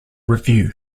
review